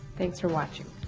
thanks for watching!